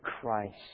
Christ